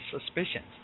suspicions